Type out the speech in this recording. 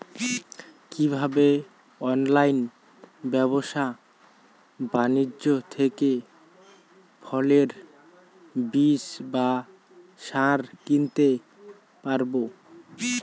কীভাবে অনলাইন ব্যাবসা বাণিজ্য থেকে ফসলের বীজ বা সার কিনতে পারবো?